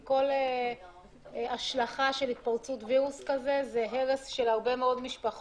כל השלכה של התפרצות הווירוס זה הרס של משפחות,